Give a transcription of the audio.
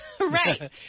Right